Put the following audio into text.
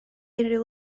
unrhyw